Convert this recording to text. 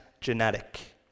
genetic